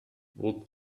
would